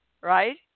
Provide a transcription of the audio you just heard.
right